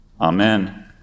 Amen